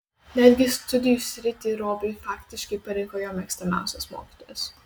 netgi studijų sritį robiui faktiškai parinko jo mėgstamiausias mokytojas